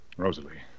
Rosalie